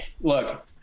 look